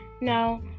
Now